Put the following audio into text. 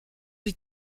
les